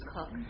Cook